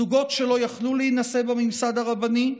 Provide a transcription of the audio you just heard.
זוגות שלא יכלו להינשא בממסד הרבני,